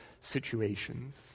situations